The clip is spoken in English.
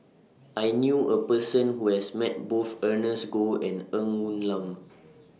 I knew A Person Who has Met Both Ernest Goh and Ng Woon Lam